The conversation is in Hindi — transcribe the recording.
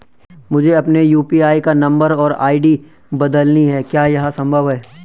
मुझे अपने यु.पी.आई का नम्बर और आई.डी बदलनी है क्या यह संभव है?